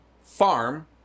farm